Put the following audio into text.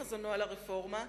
בחזונו על הרפורמה,